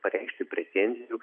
pareikšti pretenzijų